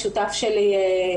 השותף שלי,